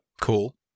Cool